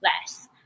less